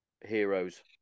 heroes